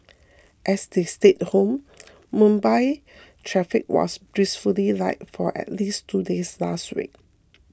as they stayed home Mumbai's traffic was blissfully light for at least two days last week